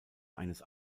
eines